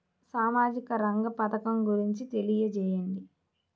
సామాజిక రంగ పథకం గురించి తెలియచేయండి?